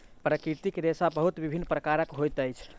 प्राकृतिक रेशा बहुत विभिन्न प्रकारक होइत अछि